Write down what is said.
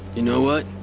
you know what.